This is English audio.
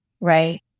right